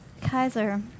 Kaiser